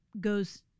goes